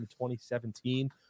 2017